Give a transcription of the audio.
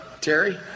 Terry